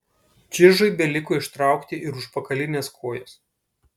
čižui beliko ištraukti ir užpakalines kojas